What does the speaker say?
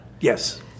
Yes